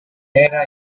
era